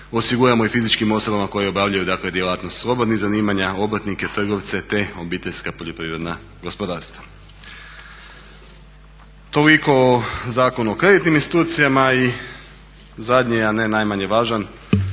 osiguramo i fizičkim osobama koje obavljaju dakle djelatnost slobodnih zanimanja, obrtnike, trgovce te obiteljska poljoprivredna gospodarstva. Toliko o Zakonu o kreditnim institucijama. I zadnji a ne najmanje važan